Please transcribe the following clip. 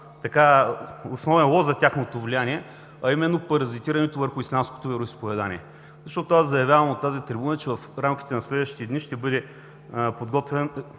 основен лост за тяхното влияние, а именно паразитирането върху ислямското вероизповедание. Аз заявявам от тази трибуна, че в рамките на следващите дни в Деловодството